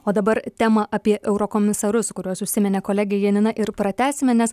o dabar tema apie eurokomisarus kuriuos užsiminė kolegė janina ir pratęsime nes